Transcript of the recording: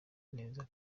neza